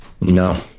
No